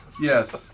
Yes